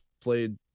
played